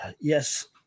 yes